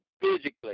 physically